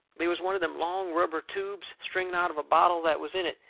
they was one of them long rubber tubes stringing out of a bottle that was in it,